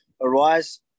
arise